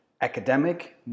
academic